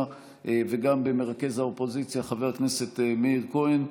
וגם במרכז האופוזיציה חבר הכנסת מאיר כהן,